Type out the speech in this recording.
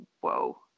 whoa